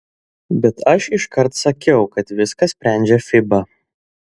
bet aš iškart sakiau kad viską sprendžia fiba